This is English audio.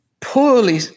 poorly